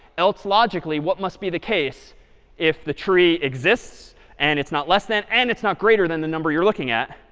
else logically what must be the case if the tree exists and it's not less than and it's not greater than the number you're looking at?